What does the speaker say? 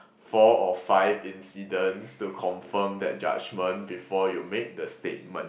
four or five incidents to confirm that judgement before you make the statement